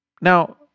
Now